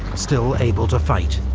still able to fight.